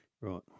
Right